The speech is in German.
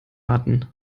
garten